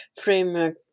framework